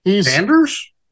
Sanders